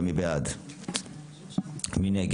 3. מי נגד?